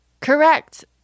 Correct